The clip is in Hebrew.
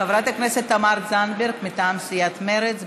חברת הכנסת תמר זנדברג מטעם סיעת מרצ,